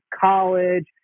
college